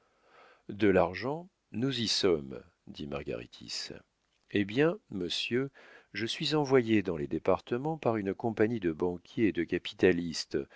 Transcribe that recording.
de l'argent nous y sommes dit margaritis eh bien monsieur je suis envoyé dans les départements par une compagnie de banquiers et de capitalistes